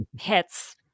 hits